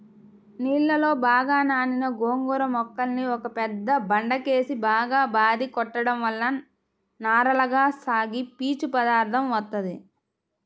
నీళ్ళలో బాగా నానిన గోంగూర మొక్కల్ని ఒక పెద్ద బండకేసి బాగా బాది కొట్టడం వల్ల నారలగా సాగి పీచు పదార్దం వత్తది